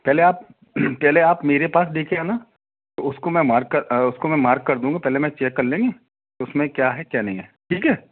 पहले आप पहले आप मेरे पास लेकर आना तो उसको मैं मार्क कर उसको मैं मार्क कर दूँगा पहले मैं चेक कर लेंगे उसमें क्या है क्या नहीं है ठीक है